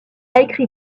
écrit